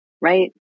right